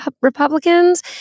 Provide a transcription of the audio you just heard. Republicans